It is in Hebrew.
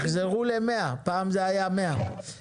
תחזרו למחיר של 100 ₪, פעם זה היה 100 ₪.